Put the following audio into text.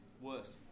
worse